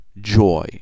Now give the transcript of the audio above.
joy